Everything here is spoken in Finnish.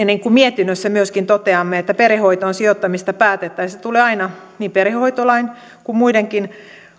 niin kuin myöskin mietinnössä toteamme että perhehoitoon sijoittamisesta päätettäessä tulee aina niin perhehoitolain kuin muidenkin